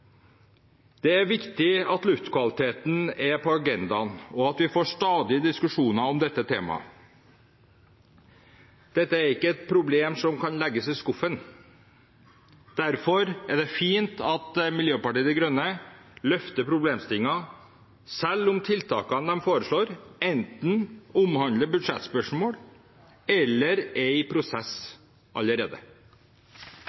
Det er viktig at luftkvaliteten er på agendaen, og at vi får stadige diskusjoner om dette temaet. Dette er ikke et problem som kan legges i skuffen. Derfor er det fint at Miljøpartiet De Grønne løfter problemstillingen, selv om tiltakene de foreslår, enten omhandler budsjettspørsmål eller er i prosess